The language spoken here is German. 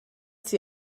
sie